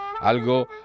algo